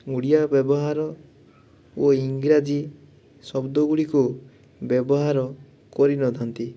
ଓଡ଼ିଆ ବ୍ୟବହାର ଓ ଇଂରାଜୀ ଶବ୍ଦ ଗୁଡ଼ିକୁ ବ୍ୟବହାର କରିନଥାନ୍ତି